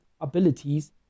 abilities